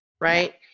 right